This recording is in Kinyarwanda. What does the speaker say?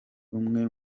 umwe